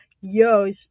yo